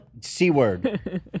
C-word